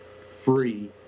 free